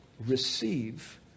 receive